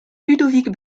ludovic